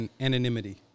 anonymity